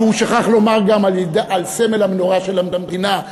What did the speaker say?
והוא שכח לומר גם ליד סמל המנורה של המדינה,